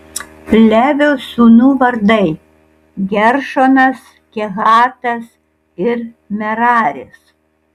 levio sūnų vardai geršonas kehatas ir meraris